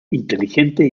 inteligente